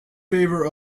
favor